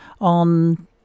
on